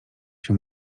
się